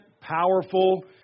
powerful